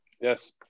yes